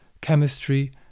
chemistry